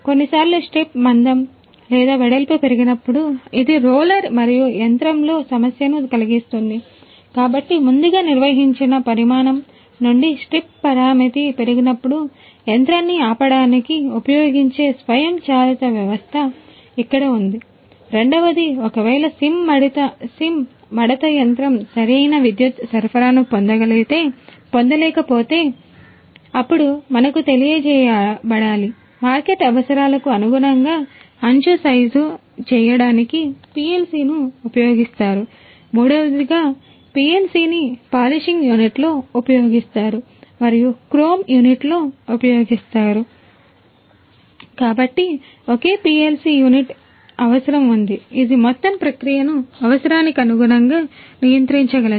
కొన్నిసార్లు స్ట్రిప్ అవసరం ఉంది ఇది మొత్తం ప్రక్రియను అవసరానికి అనుగుణంగా నియంత్రించగలదు